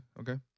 Okay